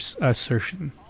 assertion